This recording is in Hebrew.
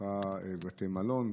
מכרה בתי מלון,